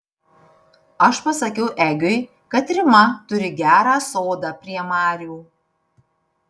aš pasakiau egiui kad rima turi gerą sodą prie marių